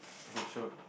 okay sure